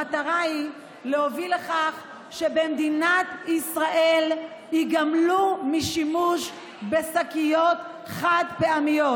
המטרה היא להוביל לכך שבמדינת ישראל ייגמלו משימוש בשקיות חד-פעמיות.